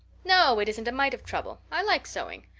no, it isn't a mite of trouble. i like sewing.